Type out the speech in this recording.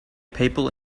people